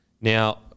Now